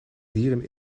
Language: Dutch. dieren